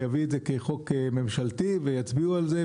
יביא את זה כחוק ממשלתי ויצביעו על זה,